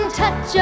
touch